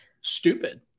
stupid